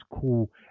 cool